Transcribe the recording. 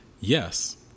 Yes